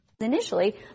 Initially